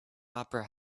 opera